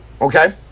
okay